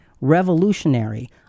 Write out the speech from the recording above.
revolutionary